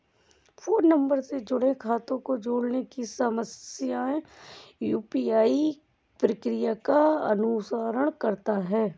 phone number से जुड़े खातों को जोड़ने की सामान्य यू.पी.आई प्रक्रिया का अनुसरण करता है